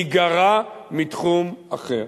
ייגרע מתחום אחר.